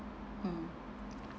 mm